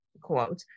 quote